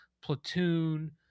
platoon